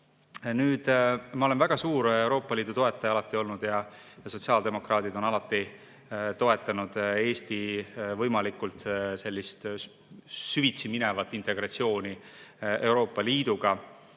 alati olnud väga suur Euroopa Liidu toetaja ja sotsiaaldemokraadid on alati toetanud Eesti võimalikult sellist süvitsi minevat integratsiooni Euroopa Liiduga.